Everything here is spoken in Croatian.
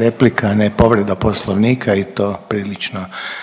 replika, a ne povreda poslovnika i to prilično